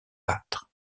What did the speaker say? battre